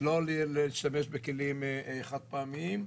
לא להשתמש בכלים חד-פעמיים,